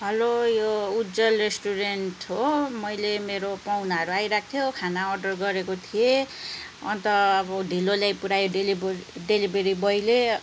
hello यो Ujjwal restaurant हो मैले मेरो पाहुनाहरू आइरहेको थियो खाना अर्डर गरेको थिएँ अन्त अब ढिलो ल्याइपुऱ्यायो डेलिभर डेलिभरी बोयले